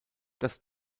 das